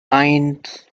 eins